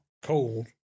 cold